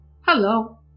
hello